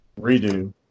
redo